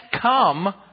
come